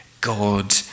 God